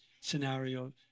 scenario